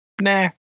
nah